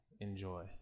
Enjoy